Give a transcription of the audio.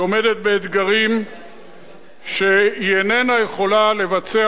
שעומדת באתגרים שהיא איננה יכולה לבצע,